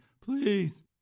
Please